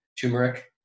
turmeric